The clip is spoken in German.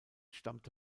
stammte